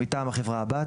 מטעם החברה הבת,